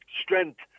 strength